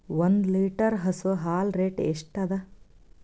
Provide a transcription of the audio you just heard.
ಒಂದ್ ಲೀಟರ್ ಹಸು ಹಾಲ್ ರೇಟ್ ಎಷ್ಟ ಅದ?